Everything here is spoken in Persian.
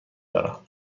دارم